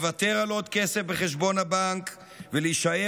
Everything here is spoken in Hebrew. לוותר על עוד כסף בחשבון הבנק ולהישאר